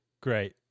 great